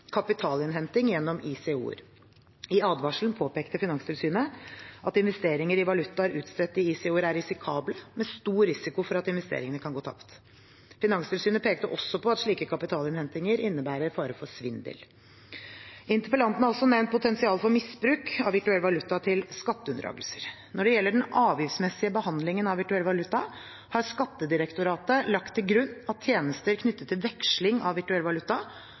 kapitalinnhenting gjennom ICO-er. I advarselen påpekte Finanstilsynet at investeringer i valutaer utstedt i ICO-er er risikable, med stor risiko for at investeringene kan gå tapt. Finanstilsynet pekte også på at slike kapitalinnhentinger innebærer en fare for svindel. Interpellanten har også nevnt potensialet for misbruk av virtuell valuta til skatteunndragelser. Når det gjelder den avgiftsmessige behandlingen av virtuell valuta, har Skattedirektoratet lagt til grunn at tjenester knyttet til veksling av virtuell valuta,